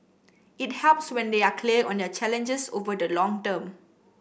it helps when they are clear on their challenges over the long term